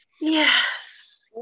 Yes